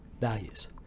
values